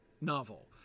novel